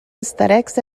aesthetics